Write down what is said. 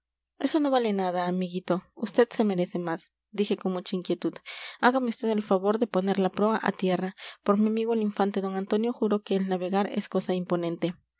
eso no vale nada amiguito vd se merece más dije con mucha inquietud hágame vd el favor de poner la proa a tierra por mi amigo el infante d antonio juro que el navegar es cosa imponente